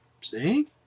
See